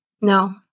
No